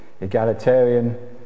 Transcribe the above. egalitarian